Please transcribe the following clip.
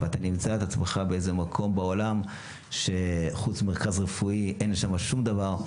ואתה מוצא את עצמך באיזה מקום בעולם שחוץ ממרכז רפואי אין שם שום דבר.